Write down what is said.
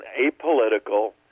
apolitical